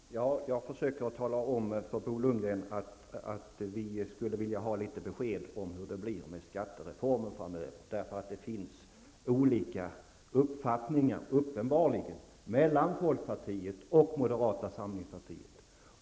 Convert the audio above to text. Herr talman! Jag försöker tala om för Bo Lundgren att vi skulle vilja ha en del besked om hur det blir med skattereformen framöver, eftersom det uppenbarligen finns olika uppfattningar mellan folkpartiet och moderata samlingspartiet.